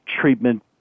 treatment